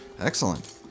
Excellent